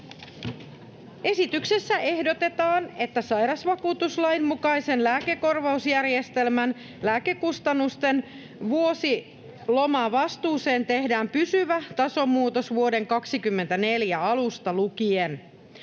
Esityksessä ehdotetaan, että sairausvakuutuslain mukaisen lääkekorvausjärjestelmän lääkekustannusten vuosiomavastuuseen tehdään pysyvä tasomuutos vuoden 24 alusta lukien.